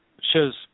shows